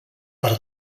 per